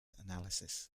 analysis